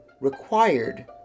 required